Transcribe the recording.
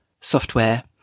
software